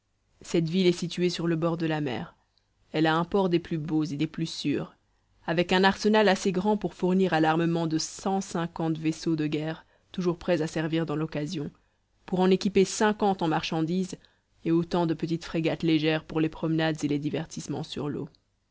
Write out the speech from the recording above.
cette ville est située sur le bord de la mer elle a un port des plus beaux et des plus sûrs avec un arsenal assez grand pour fournir à l'armement de cent cinquante vaisseaux de guerre toujours prêts à servir dans l'occasion pour en équiper cinquante en marchandise et autant de petites frégates légères pour les promenades et les divertissements sur l'eau